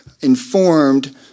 informed